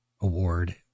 award